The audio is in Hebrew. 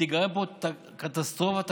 ותיגרם פה קטסטרופה תקציבית.